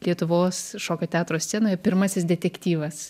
lietuvos šokio teatro scenoje pirmasis detektyvas